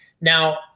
Now